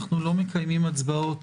אנחנו לא מקיימים הצבעות